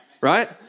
right